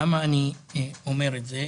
למה אני אומר את זה?